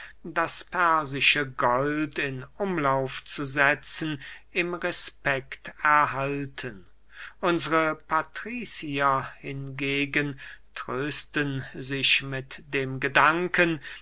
das persische gold in umlauf zu setzen im respekt erhalten unsre patrizier hingegen trösten sich mit dem gedanken